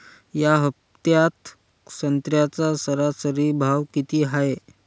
या हफ्त्यात संत्र्याचा सरासरी भाव किती हाये?